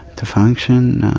to function